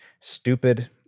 stupid